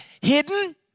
hidden